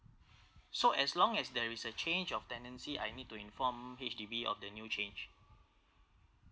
so as long as there is a change of tenancy I need to inform H_D_B of the new change